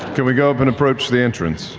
can we go up and approach the entrance?